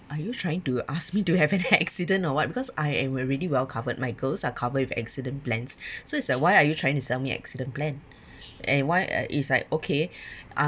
are you trying to ask me do have an accident or what because I am already well covered my girls are covered with accident plans so it's like why are you trying to sell me accident plan and why uh it's like okay uh